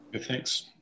Thanks